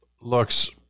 looks